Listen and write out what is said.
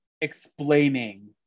explaining